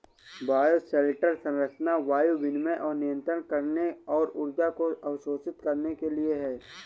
bioshelter संरचना वायु विनिमय को नियंत्रित करने और ऊर्जा को अवशोषित करने के लिए है